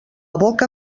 boca